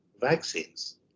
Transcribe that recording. vaccines